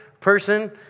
person